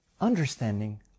understanding